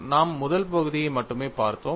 நாம் முதல் பகுதியை மட்டுமே பார்த்தோம்